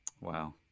Wow